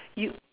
you